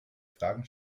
fragen